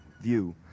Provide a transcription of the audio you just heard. view